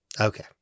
Okay